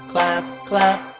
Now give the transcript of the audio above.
clap, clap.